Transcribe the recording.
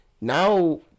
Now